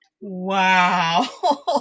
Wow